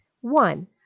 One